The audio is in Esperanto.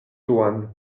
duan